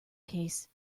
case